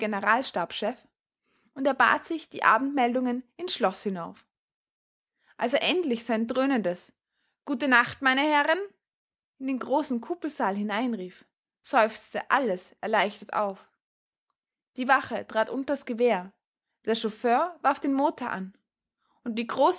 generalstabschef und erbat sich die abendmeldungen in's schloß hinauf als er endlich sein dröhnendes gute nacht meine herren in den großen kuppelsaal hineinrief seufzte alles erleichtert auf die wache trat unter's gewehr der chauffeur warf den motor an und die